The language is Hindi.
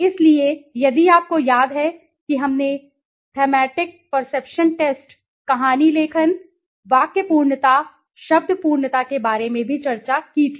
इसलिए यदि आपको याद है कि हमने थेमैटिक परसेप्शन टेस्ट कहानी लेखन वाक्य पूर्णता शब्द पूर्णता के बारे में भी चर्चा की थी